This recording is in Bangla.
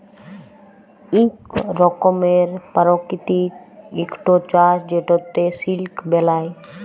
ইক রকমের পারকিতিক ইকট চাষ যেটতে সিলক বেলায়